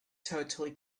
totally